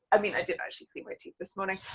i mean i did actually clean my teeth this morning,